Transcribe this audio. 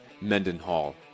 mendenhall